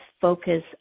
focus